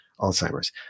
Alzheimer's